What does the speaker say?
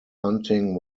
hunting